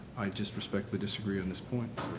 i just respectfully disagree on this point,